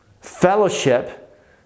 fellowship